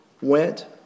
went